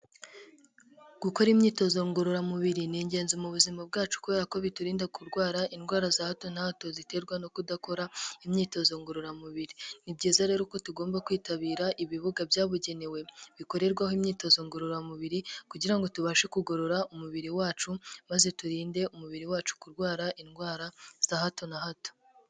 Gukora imyitozo ngororamubiri ni ingenzi mu buzima bwacu kubera ko biturinda kurwara indwara za hato na hato ziterwa no kudakora imyitozo ngororamubiri, ni byiza rero ko tugomba kwitabira ibibuga byabugenewe bikorerwaho imyitozo ngororamubiri kugira ngo tubashe kugorora umubiri wacu maze turinde umubiri wacu kurwara indwara za hato na hato.